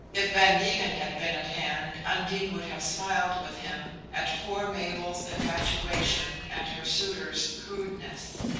if van degen had been at hand undine would have smiled with him at poor mabel's infatuation and her suitor's crudeness.